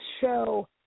show